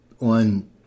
on